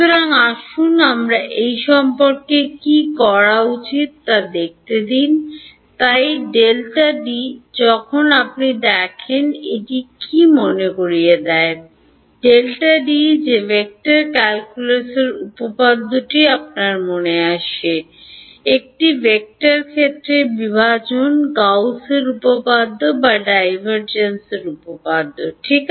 সুতরাং আসুন আমরা এই সম্পর্কে কী করা উচিত তা দেখতে দিন তাই যখন আপনি দেখেন এটি কী মনে করিয়ে দেয় যে ভেক্টর ক্যালকুলাসের উপপাদ্যটি আপনার মনে আসে একটি ভেক্টর ক্ষেত্রের বিভাজন গাউসের উপপাদ্য বা ডাইভারজেন্স উপপাদ্যটি ঠিক